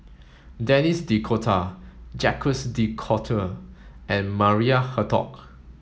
Denis D'Cotta Jacques de Coutre and Maria Hertogh